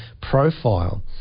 profile